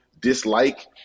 dislike